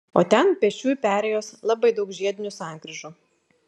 o ten pėsčiųjų perėjos labai daug žiedinių sankryžų